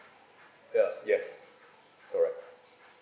ya yes correct